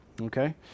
okay